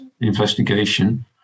investigation